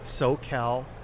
SoCal